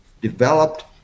developed